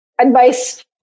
advice